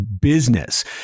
business